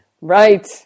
Right